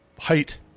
height